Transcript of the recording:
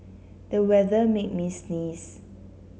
the weather made me sneeze